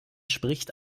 spricht